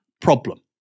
problem